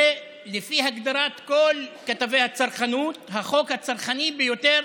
לפי הגדרת כל כתבי הצרכנות, זה החוק הצרכני ביותר